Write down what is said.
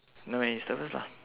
no you start first lah